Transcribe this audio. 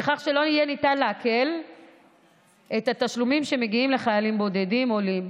על כך שלא יהיה ניתן לעקל את התשלומים שמגיעים לחיילים בודדים עולים.